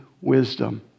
wisdom